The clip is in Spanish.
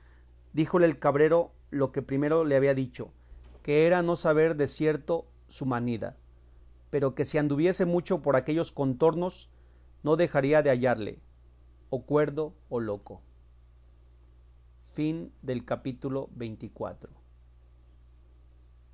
historia díjole el cabrero lo que primero le había dicho que era no saber de cierto su manida pero que si anduviese mucho por aquellos contornos no dejaría de hallarle o cuerdo o loco capítulo